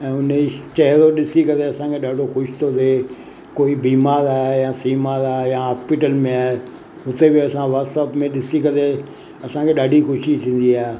ऐं हुनजी चहिरो ॾिसी करे असांखे ॾाढो ख़ुशि थो थिए कोई बीमार आहे या सीमार आहे यां हास्पीटल में आहे उते बि असां वास्प में ॾिसी करे असांखे ॾाढी ख़ुशी थींदी आहे